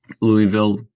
Louisville